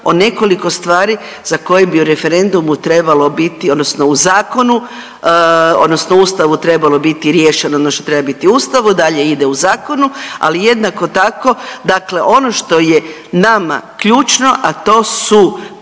o nekoliko stvari za koje bi o referendumu trebalo biti odnosno u zakonu odnosno Ustavu trebalo biti riješeno ono što treba biti u Ustavu, a dalje ide u zakonu, ali jednako tako, dakle ono što je nama ključno, a to su popis